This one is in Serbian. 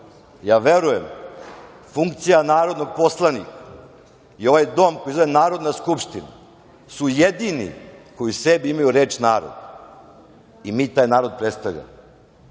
ja verujem funkcija narodnog poslanika i ovaj dom koji se zove Narodna skupština su jedini koji u sebi imaju reč narod i mi taj narod predstavljamo